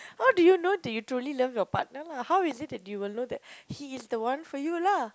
how do you know that you truly love your partner lah how is it that you will know that he is the one for you lah